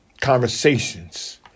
conversations